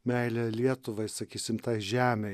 meilė lietuvai sakysim tai žemei